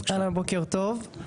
בוקר טוב,